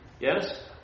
yes